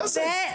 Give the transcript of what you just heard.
מה זה?